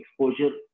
exposure